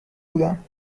بودم